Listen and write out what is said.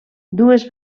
dues